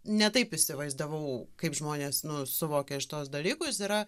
ne taip įsivaizdavau kaip žmonės nu suvokia šituos dalykus yra